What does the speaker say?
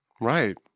Right